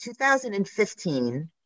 2015